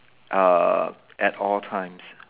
uh at all times